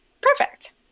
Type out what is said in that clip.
Perfect